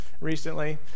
recently